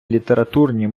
літературні